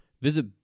Visit